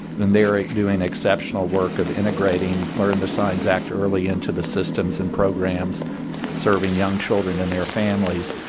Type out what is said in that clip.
and they are doing exceptional work of integrating learn the signs act early into the systems and programs serving young children in their families.